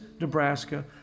Nebraska